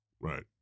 right